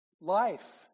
life